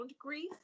grief